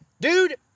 Dude